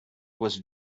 was